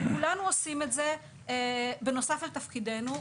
כולנו עושים את זה בנוסף לתפקידנו.